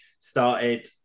Started